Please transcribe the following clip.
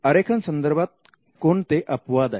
आरेखन संदर्भात कोणते अपवाद आहेत